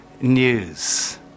news